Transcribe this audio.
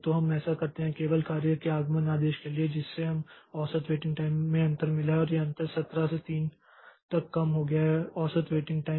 तो हम ऐसा करते हैं केवल कार्य के आगमन के आदेश के लिए जिससे हमें औसत वेटिंग टाइम में अंतर मिला है और यह अंतर 17 से 3 तक कम हो गया है औसत वेटिंग टाइम